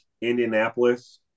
Indianapolis